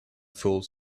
fools